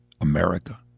America